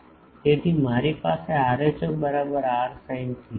તેથી મારી પાસે rho બરાબર r sin theta છે